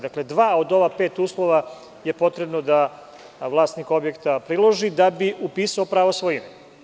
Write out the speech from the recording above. Dakle, dva od ovih pet uslova je potrebno da vlasnik objekta priloži, da bi upisao pravo svojine.